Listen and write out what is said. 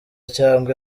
cyangwa